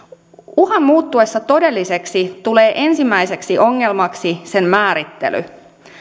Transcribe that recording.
uhan muuttuessa todelliseksi tulee ensimmäiseksi ongelmaksi sen määrittely